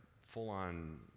full-on